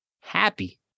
happy